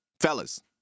Fellas